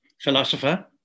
philosopher